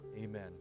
Amen